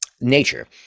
Nature